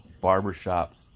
barbershop